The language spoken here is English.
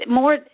more